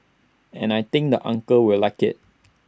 and I think the uncles will like IT